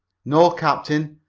no, captain.